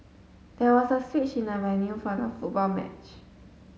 there was a switch in the venue for the football match